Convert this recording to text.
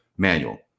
Manual